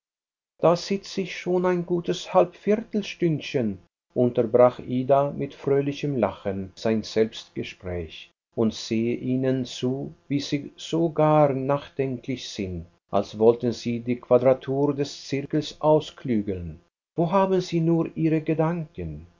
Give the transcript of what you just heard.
bet da sitze ich schon ein gutes halbviertelstündchen unterbrach ida mit fröhlichem lachen sein selbstgespräch und sehe ihnen zu wie sie so gar nachdenklich sind als wollten sie die quadratur des zirkels ausklügeln wo haben sie nur ihre gedanken